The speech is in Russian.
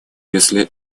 если